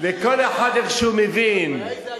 לכל אחד שמבין, הבעיה היא הגירושים,